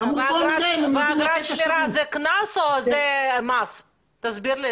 ברור, וחשוב להסביר את